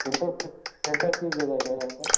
centre centre किस जगह है सर आपका